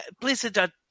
Blizzard